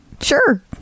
Sure